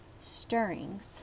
Stirrings